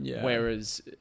Whereas